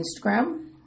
Instagram